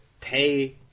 pay